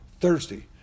Thursday